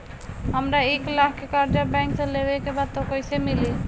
हमरा एक लाख के कर्जा बैंक से लेवे के बा त कईसे मिली?